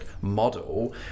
model